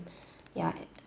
ya